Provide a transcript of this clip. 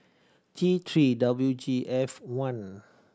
T Three W G F one